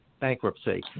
bankruptcy